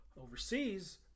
overseas